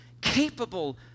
capable